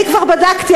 אני כבר בדקתי,